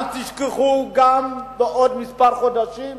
אל תשכחו גם בעוד מספר חודשים,